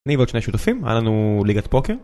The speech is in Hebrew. אני ועוד שני שותפים, היה לנו ליגת פוקר.